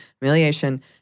humiliation